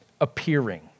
appearing